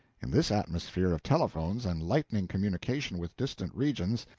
in this atmosphere of telephones and lightning communication with distant regions,